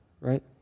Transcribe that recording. right